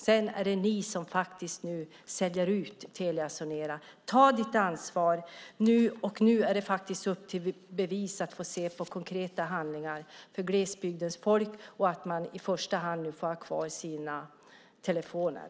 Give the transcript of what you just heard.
Sedan är det faktiskt ni som säljer ut Telia Sonera. Ta ditt ansvar! Nu är det faktiskt upp till bevis genom konkreta handlingar för glesbygdens folk så att de i första hand får ha kvar sina telefoner.